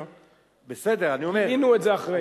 לפני 67'. גילינו את זה אחרי.